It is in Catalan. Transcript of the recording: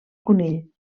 conill